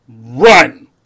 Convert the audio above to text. Run